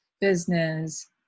business